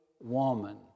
woman